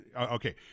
Okay